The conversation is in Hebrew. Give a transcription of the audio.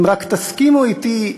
אם רק תסכימו אתי,